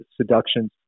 seductions